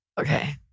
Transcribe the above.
Okay